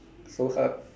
so hard